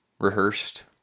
Rehearsed